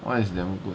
what is damn good